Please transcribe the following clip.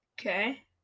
Okay